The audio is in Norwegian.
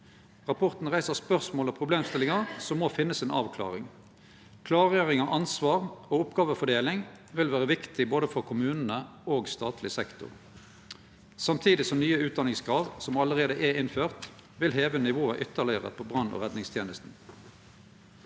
Rapporten reiser spørsmål og problemstillingar som må finne si avklaring. Klargjering av ansvar og oppgåvefordeling vil vere viktig for både kommunane og statleg sektor, samtidig som nye utdanningskrav, som allereie er innførte, vil heve nivået ytterlegare på brann- og redningstenesta.